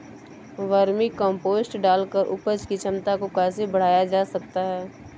Vermi compost डालकर उपज की क्षमता को कैसे बढ़ाया जा सकता है?